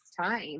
time